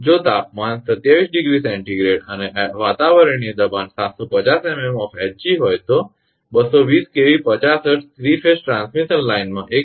જો તાપમાન 27° 𝐶 અને વાતાવરણીય દબાણ 750 𝑚𝑚 𝑜𝑓 𝐻𝑔 હોય તો 220 𝑘𝑉 50 𝐻𝑧 3 ફેઝ ટ્રાન્સમિશન લાઇનમાં 1